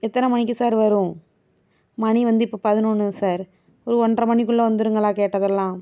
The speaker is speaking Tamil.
எத்தனை மணிக்கு சார் வரும் மணி வந்து இப்போ பதினொன்று சார் ஒரு ஒன்றரை மணி குள்ளே வந்துவிடும்ங்களா கேட்டதெல்லாம்